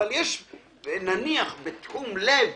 אבל נניח בתחום לב,